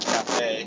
Cafe